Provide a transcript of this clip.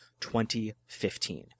2015